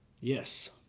Yes